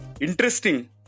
Interesting